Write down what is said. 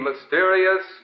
Mysterious